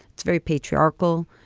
it's very patriarchal.